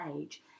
age